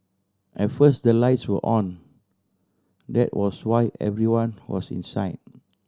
at first the lights were on that was why everyone was inside